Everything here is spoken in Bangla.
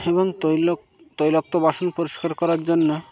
এবং তৈল তৈলাক্ত বাসন পরিষ্কার করার জন্য